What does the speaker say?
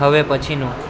હવે પછીનું